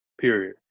period